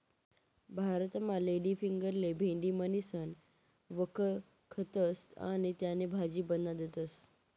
भारतमा लेडीफिंगरले भेंडी म्हणीसण व्यकखतस आणि त्यानी भाजी बनाडतस